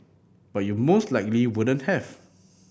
but you most likely wouldn't have